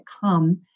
come